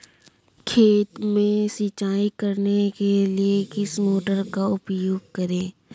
खेत में सिंचाई करने के लिए किस मोटर का उपयोग करें?